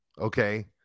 okay